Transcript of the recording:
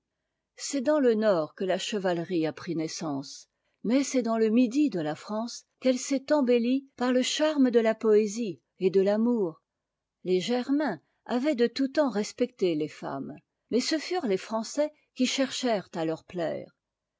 c'est dans le nord que la chevalerie a pris naissance mais c'est dans le midi de ta france qu'elle s'est embellie par le charme de ta poésie et de l'amour les germains avaient de tout temps respecté les femmes mais ce furent les français qui cherchèrent à leur plaire